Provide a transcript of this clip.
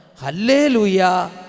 Hallelujah